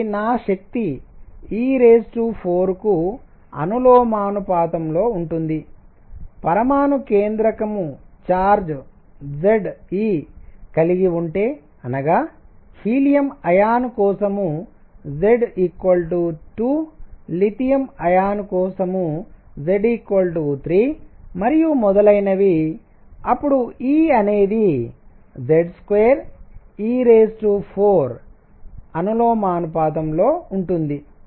కాబట్టి నా శక్తి e4 కు అనులోమానుపాతంలో ఉంటుంది పరమాణు కేంద్రకంన్యూక్లియస్ ఛార్జ్ Z e కలిగి ఉంటే అనగా He కోసం Z 2 Li కోసం Z 3 మరియు మొదలైనవి అప్పుడు E అనేది Z2e4 అనులోమానుపాతంలో ఉంటుంది